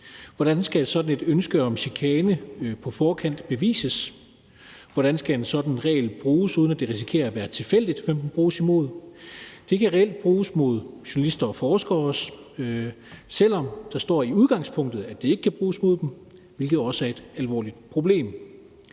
Hvordan skal sådan et ønske om chikane på forkant bevises? Hvordan skal en sådan regel bruges, uden at det risikerer at være tilfældigt, hvem den bruges imod? Den kan reelt også bruges mod journalister og forskere, selv om der som udgangspunkt står, at den ikke kan bruges imod dem, hvilket også er et alvorligt problem.